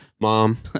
Mom